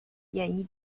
演艺